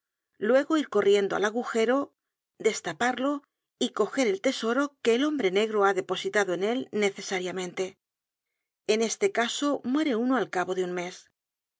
luego ir corriendo al agujero destaparlo y coger el tesoro que el hombre negro ha depositado en él necesariamente en este caso muere uno al cabo de un mes